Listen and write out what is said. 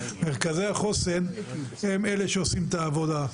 מרכזי החוסן הם אלה שעושים את העבודה.